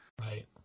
Right